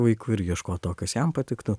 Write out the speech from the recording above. vaiku ir ieškot to kas jam patiktų